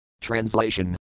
Translation